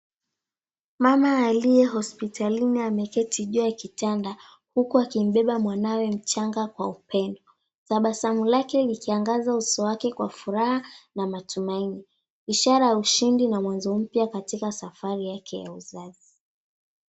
Mama aliye hospitalini ameketi juu ya kitanda huku akimbeba mwanawe mchanga kwa upendo. Tabasamu lake likiangaza uso wake kwa furaha na matumaini, ishara ya ushindi na mwanzo mpya katika safari yake ya uzazi.